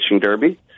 derby